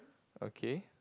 okay